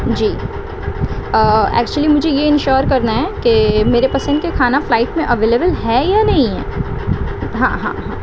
جی actually مجھے یہ ensure کرنا ہے کہ میرے پسند کے کھانا فلائٹ میں اویلیبل ہے یا نہیں ہے ہاں ہاں ہاں